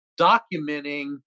documenting